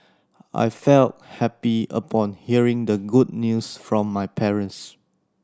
I felt happy upon hearing the good news from my parents